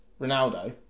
Ronaldo